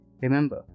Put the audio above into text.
Remember